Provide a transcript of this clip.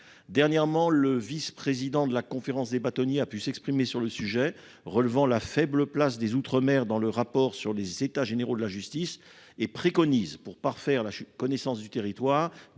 Dernièrement, le vice-président de la Conférence des bâtonniers a pu s'exprimer sur le sujet, relevant la faible place octroyée aux outre-mer dans le rapport issu des États généraux de la justice. Il préconise, pour parfaire la connaissance du territoire,